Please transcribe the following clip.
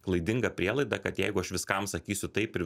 klaidinga prielaida kad jeigu aš viskam sakysiu taip ir